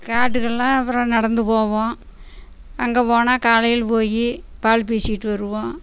காட்டுக்குல்லாம் அப்புறம் நடந்து போவோம் அங்கே போனா காலையில போய் பால் பேசிவிட்டு வருவோம்